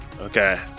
Okay